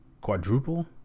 quadruple